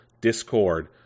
Discord